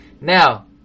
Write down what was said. Now